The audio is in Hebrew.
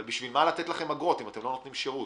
אבל בשביל מה לתת לכם אגרות אם אתם לא נותנים שירות?